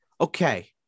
Okay